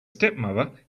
stepmother